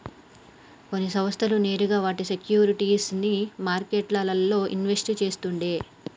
కొన్ని సంస్థలు నేరుగా వాటి సేక్యురిటీస్ ని మార్కెట్లల్ల ఇన్వెస్ట్ చేస్తుండే